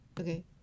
okay